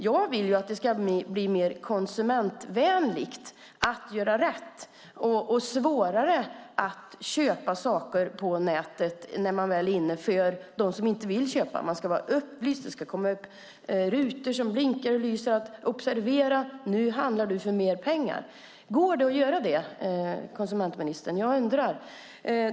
Jag vill att det ska bli mer konsumentvänligt att göra rätt när man väl är inne på nätet och svårare att köpa saker för dem som inte vill köpa. Man ska vara upplyst. Det ska komma upp rutor som blinkar och lyser: Observera! Nu handlar du för mer pengar! Går det att göra så, konsumentministern? Jag undrar.